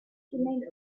remained